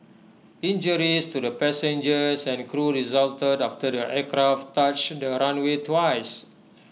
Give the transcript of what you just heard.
injuries to the passengers and crew resulted after the aircraft touched the runway twice